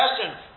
question